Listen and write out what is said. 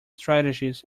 strategies